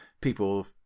people